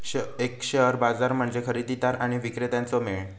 एक शेअर बाजार म्हणजे खरेदीदार आणि विक्रेत्यांचो मेळ